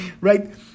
right